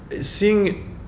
seeing